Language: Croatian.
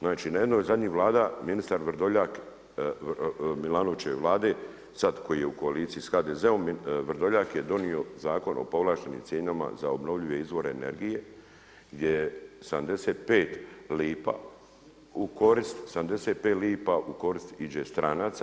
Znači na jednoj od zadnjih Vlada ministar Vrdoljak Milanovićeve vlade, sada koji je u koaliciji sa HDZ-om Vrdoljak je donio zakon o povlaštenim cijenama za obnovljive izvore energije gdje je 75 lipa u korist iđe stranaca.